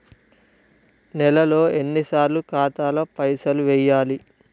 నెలలో ఎన్నిసార్లు ఖాతాల పైసలు వెయ్యాలి?